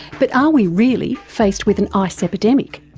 but are we really faced with an ice epidemic?